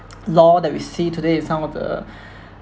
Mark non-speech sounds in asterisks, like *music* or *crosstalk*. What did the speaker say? *noise* law that we see today in some of the *breath*